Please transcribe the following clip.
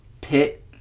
pit